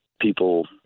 people